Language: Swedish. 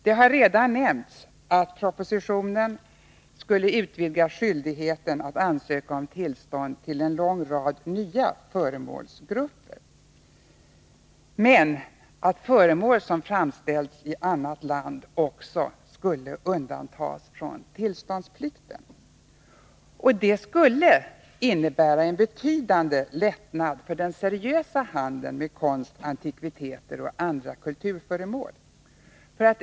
Det har redan nämnts att propositionens förslag utvidgar skyldigheten att ansöka om tillstånd till en lång rad nya föremålsgrupper, men att föremål som framställts i annat land också skulle undantas från tillståndsplikten. Det sku!le innebära en betydande lättnad för den seriösa handeln med konst, antikviteter och andra kulturföremål.